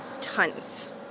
tons